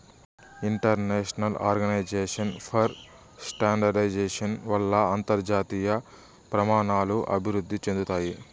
international organization for standardization వల్ల అంతర్జాతీయ ప్రమాణాలు అభివృద్ధి చెందుతాయి